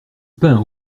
pain